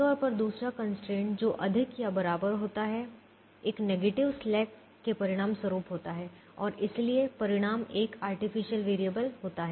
आमतौर पर दूसरा कंस्ट्रेंट जो अधिक या बराबर होता है एक नेगेटिव स्लैक के परिणामस्वरूप होता हैं और इसलिए परिणाम एक आर्टिफिशियल वेरिएबल होता हैं